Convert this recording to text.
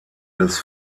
des